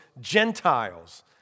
Gentiles